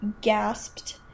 gasped